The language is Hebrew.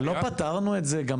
אבל לא פתרנו את זה?